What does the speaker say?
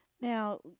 Now